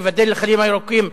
ייבדל לחיים ארוכים,